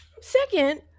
Second